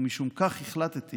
ומשום כך החלטתי